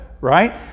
right